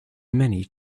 many